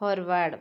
forward